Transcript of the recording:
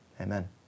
amen